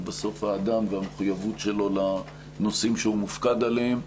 זה בסוף האדם והמחויבות שלו לנושאים שהוא מופקד עליהם,